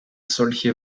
solche